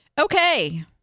Okay